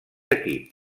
equip